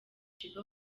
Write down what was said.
sheebah